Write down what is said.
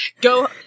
go